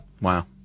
Wow